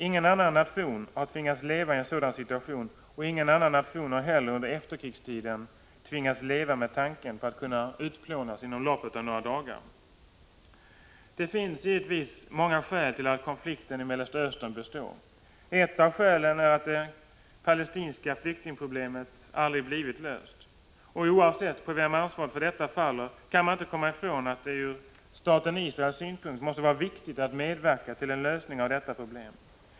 Ingen annan nation har tvingats leva i en sådan situation, och ingen annan nation har heller under efterkrigstiden tvingats leva med tanken på att kunna utplånas inom loppet av några dagar. Det finns många skäl till att konflikten i Mellanöstern består. Ett av skälen är att det palestinska flyktingproblemet aldrig blivit löst. Oavsett på vem ansvaret för detta faller, kan man inte komma ifrån att det från staten Israels synpunkt måste varå viktigt att medverka till en lösning av detta problem.